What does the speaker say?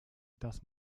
dass